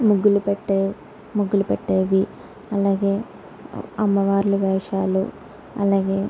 ముగ్గులు పెట్టే ముగ్గులు పెట్టేవి అలాగే అమ్మవార్లు వేషాలు అలాగే